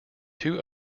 two